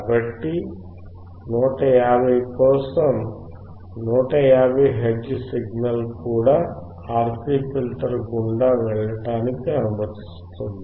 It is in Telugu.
కాబట్టి 150 కోసం 150 హెర్ట్జ్ సిగ్నల్ కూడా RC ఫిల్టర్ గుండా వెళ్ళడానికి అనుమతిస్తుంది